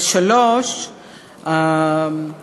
3. השיקול